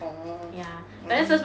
orh um